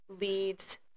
leads